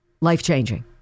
life-changing